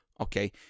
okay